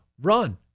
run